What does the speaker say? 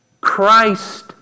Christ